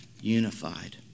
unified